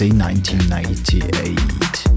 1998